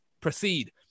proceed